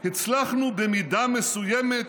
הצלחנו במידה מסוימת